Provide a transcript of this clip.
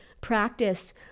practice